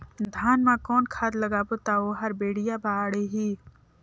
धान मा कौन खाद लगाबो ता ओहार बेडिया बाणही?